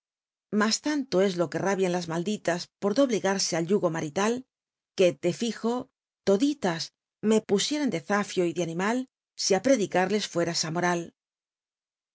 lilas tanto es lo que rabian las malditas l'or dobl egarse al yugo marital que de fijo todilas me htsieran d zalio y de animal si á predicarles fuera esa moral